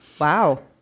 Wow